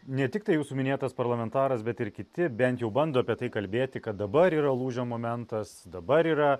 ne tiktai jūsų minėtas parlamentaras bet ir kiti bent jau bando apie tai kalbėti kad dabar yra lūžio momentas dabar yra